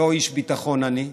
ולא איש ביטחון אני,